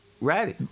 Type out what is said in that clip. ready